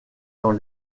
dans